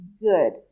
good